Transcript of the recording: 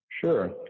Sure